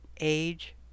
age